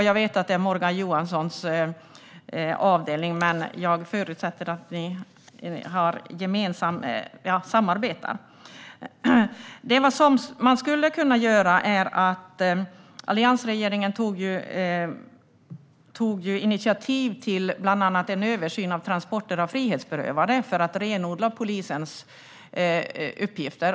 Jag vet att detta är Morgan Johanssons avdelning, men jag förutsätter att ni samarbetar. Alliansregeringen tog initiativ till bland annat en översyn av transporter av frihetsberövade för att renodla polisens uppgifter.